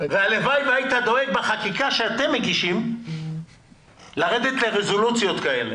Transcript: והלוואי והיית דואג בחקיקה שאתם מגישים לרדת לרזולוציות כאלה.